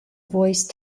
voice